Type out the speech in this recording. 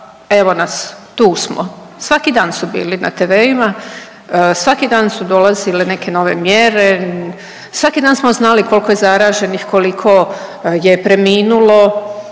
evo nas tu smo svaki dan su bili na TV-ima, svaki dan su dolazile neke nove mjere, svaki dan smo znali kolko je zaraženih, koliko je preminula,